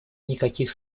никаких